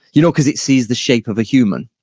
you know, because it sees the shape of a human